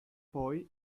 poi